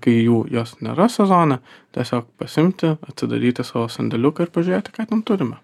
kai jų jos nėra sezone tiesiog pasiimti atsidaryti savo sandėliuką ir pažiūrėti ką ten turime